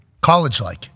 college-like